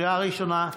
לקריאה הראשונה,